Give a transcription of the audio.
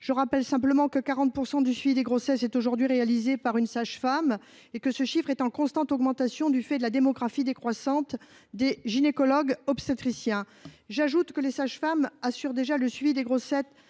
Je rappelle que 40 % du suivi des grossesses est actuellement assuré par une sage-femme et que ce chiffre est en constante augmentation du fait de la démographie décroissante des gynécologues obstétriciens. Les sages-femmes assurent déjà le suivi des grossesses